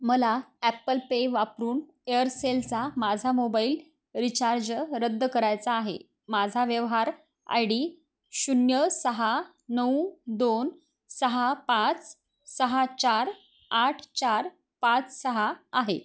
मला Apple Pay वापरून एअरसेलचा माझा मोबाईल रिचार्ज रद्द करायचा आहे माझा व्यवहार आय डी शून्य सहा नऊ दोन सहा पाच सहा चार आठ चार पाच सहा आहे